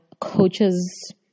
coaches